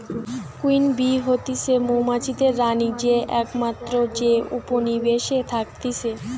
queen bee হতিছে মৌমাছিদের রানী যে একমাত্র যে উপনিবেশে থাকতিছে